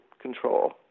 control